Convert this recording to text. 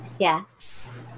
Yes